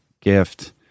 gift